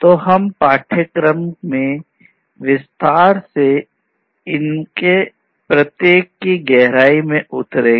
तो हम पाठ्यक्रम में विस्तार से इनमें से प्रत्येक की गहराई में उतरें